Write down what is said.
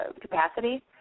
capacity